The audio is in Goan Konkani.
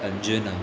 अंजुना